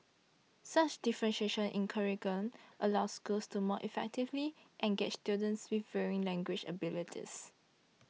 such differentiation in curriculum allows schools to more effectively engage students with varying language abilities